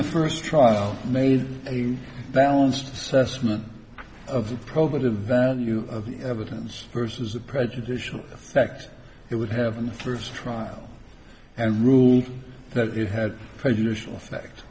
the first trial made a balanced assessment of probably the value of evidence versus the prejudicial effect it would have in the first trial and ruled that you had prejudicial effect